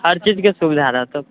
हर चीजके सुविधा रहतौ